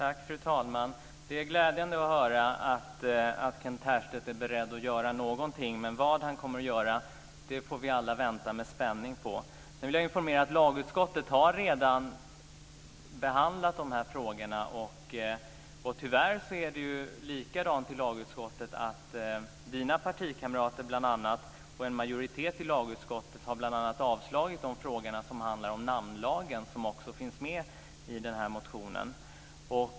Fru talman! Det är glädjande att höra att Kent Härstedt är beredd att göra någonting. Vad han kommer att göra får vi alla vänta med spänning på. Sedan vill jag informera om att lagutskottet redan har behandlat de här frågorna. Tyvärr är det likadant där, alltså att t.ex. Kent Härstedts partikamrater och en majoritet i lagutskottet har avslagit bl.a. just när det gäller de frågor som handlar om namnlagen, de som också finns med i den här motionen.